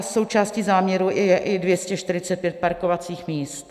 Součástí záměru je i 245 parkovacích míst.